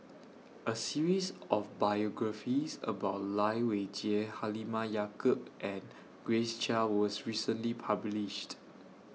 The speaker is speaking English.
A series of biographies about Lai Weijie Halimah Yacob and Grace Chia was recently published